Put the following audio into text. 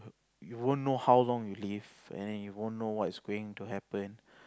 you won't know how long you live and then you won't know what is going to happen